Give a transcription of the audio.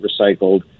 recycled